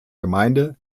gemeinde